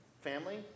family